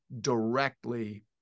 directly